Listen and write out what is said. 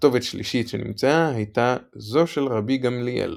כתובת שלישית שנמצאה הייתה ”זו של רבי גמליאל”,